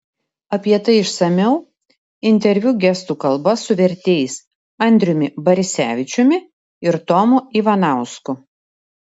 apie tai išsamiau interviu gestų kalba su vertėjais andriumi barisevičiumi ir tomu ivanausku